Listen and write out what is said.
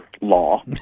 law